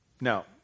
Now